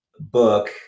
book